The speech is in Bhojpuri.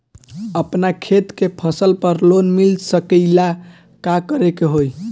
अपना खेत के फसल पर लोन मिल सकीएला का करे के होई?